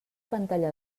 pantalla